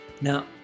Now